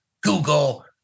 Google